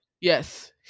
Yes